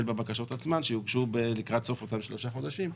בבקשות עצמן שיוגשו לקראת סוף אותם שלושה חודשים,